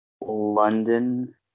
London